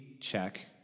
check